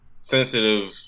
sensitive